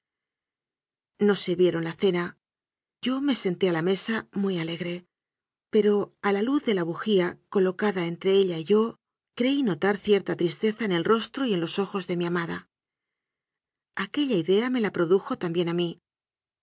nos sirvieron la cena yo me senté a la mesa muy alegre pero a la luz de la bujía colocada en tre ella y yo creí notar cierta tristeza en el ros tro y en los ojos de mi amada aquella idea me la produjo también a mí